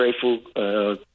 grateful